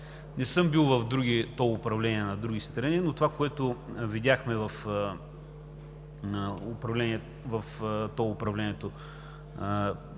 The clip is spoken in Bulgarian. Не съм бил в тол управления на други страни, но това, което видяхме в тол управлението,